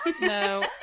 No